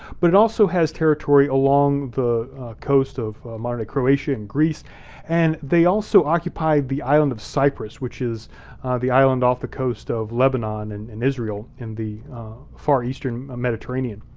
but it also has territory along the coast of modern day croatia and greece and they also occupy the island of cyprus, which is the island off the coast of lebanon and and israel in the far eastern mediterranean.